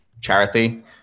charity